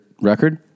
record